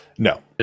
No